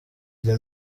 des